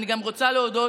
אני גם רוצה להודות